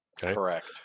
correct